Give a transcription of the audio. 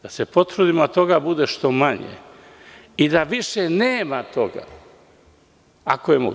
Da se potrudimo da toga bude što manje i da više nema toga, ako je moguće.